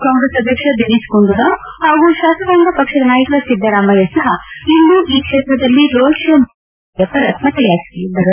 ಕಾಂಗ್ರೆಸ್ ಅಧ್ಯಕ್ಷ ದಿನೇತ್ಗುಂಡೂರಾವ್ ಹಾಗೂ ಶಾಸಕಾಂಗ ಪಕ್ಷದ ನಾಯಕ ಸಿದ್ದರಾಮಯ್ನ ಸಹ ಇಂದು ಈ ಕ್ಷೇತ್ರದಲ್ಲಿ ರೋಡ್ ಶೋ ಮೂಲಕ ಪಕ್ಷದ ಅಭ್ಯರ್ಥಿ ಪರ ಮತಯಾಚಿಸಲಿದ್ದಾರೆ